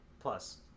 Plus